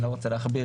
אני לא רוצה להכביר,